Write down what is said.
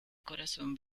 corazón